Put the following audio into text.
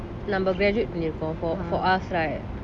நம்ம:namma graduate பண்ணி இருக்கோம்:panni irukom for for for us right